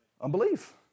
Unbelief